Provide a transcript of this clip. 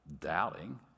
doubting